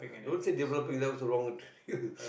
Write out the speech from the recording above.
don't say developing that is the wrong